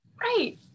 Right